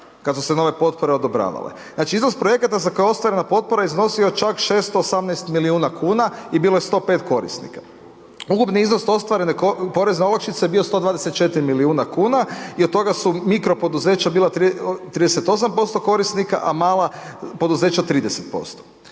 kad su se nove potpore odobravale. Znači iznos projekata za koje je ostvarena potpora iznosio je čak 618 milijuna kuna i bilo je 105 korisnika. Ukupni iznos ostvarene porezne olakšice je bio 124 milijuna kuna i od toga su mikro poduzeća bila 38% korisnika, a mala poduzeća 30%.